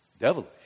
devilish